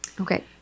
Okay